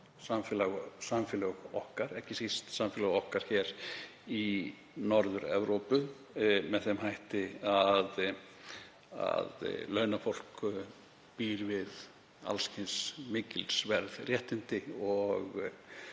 samfélög okkar, ekki síst samfélög okkar hér í Norður-Evrópu, með þeim hætti að launafólk býr við alls kyns mikilsverð réttindi og